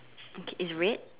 okay is red